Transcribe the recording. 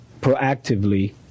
proactively